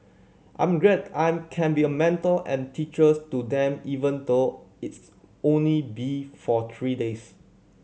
I'm glad I'm can be a mentor and teachers to them even though it's only be for three days